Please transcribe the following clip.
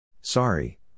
Sorry